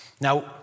Now